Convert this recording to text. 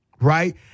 right